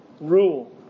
rule